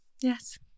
yes